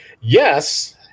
yes